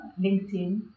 LinkedIn